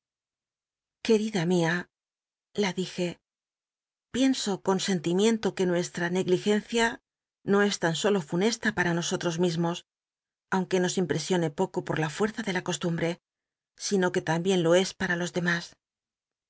qucrida mia la dije pienso con sentimiento que nuestra negligencia no es lan solo funesta para no otros mi mos aunque nos impresione poco por la fuerza de la costumb rc sino que tambien lo es pa ra los demas